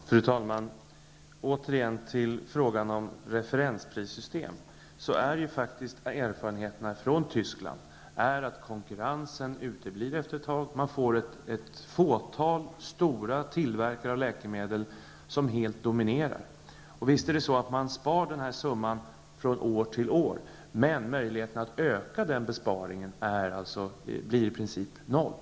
Fru talman! Tillbaka till frågan om referensprissystem. Erfarenheterna från Tyskland är att konkurrensen efter ett tag uteblir. Man får ett fåtal stora tillverkare av läkemedel, som helt dominerar. Visst är det så att man sparar den här summan från år till år, men möjligheten att öka den besparingen blir i princip noll.